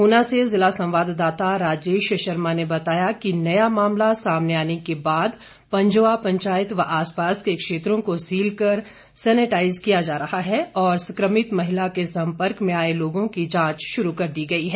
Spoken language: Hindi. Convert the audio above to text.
ऊना से जिला संवाददाता राजेश शर्मा ने बताया कि नया मामला सामने आने के बाद पंजोआ पंचायत व आस पास के क्षेत्रों को सील कर सैनेटाइज किया जा रहा है और संक्रमित महिला के सम्पर्क में आए लोगों की जांच शुरू कर दी गई है